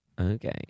Okay